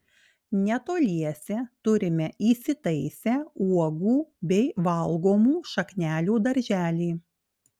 netoliese turime įsitaisę uogų bei valgomų šaknelių darželį